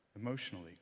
emotionally